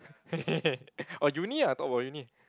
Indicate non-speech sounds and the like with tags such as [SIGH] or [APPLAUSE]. [LAUGHS] or Uni ah talk about Uni